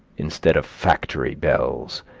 instead of factory bells,